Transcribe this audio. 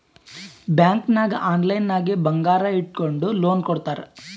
bank ನಾಗ್ online ನಾಗೆ ಬಂಗಾರ್ ಇಟ್ಗೊಂಡು ಲೋನ್ ಕೊಡ್ತಾರ್